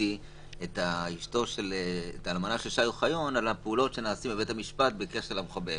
עדכנתי את האלמנה של שי אוחיון על הפעולות שנעשו בבית המשפט בקשר למחבל,